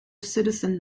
citizen